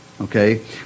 okay